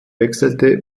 wechselte